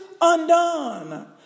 undone